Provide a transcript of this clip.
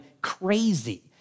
crazy